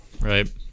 right